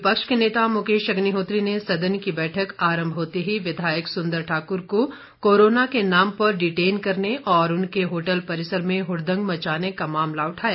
विपक्ष के नेता मुकेश अग्निहोत्री ने सदन की बैठक आरंभ होते ही विधायक सुंदर ठाकुर को कोरोना के नाम पर डिटेन करने और उनके होटल परिसर में हुड़दंग मचाने का मामला उठाया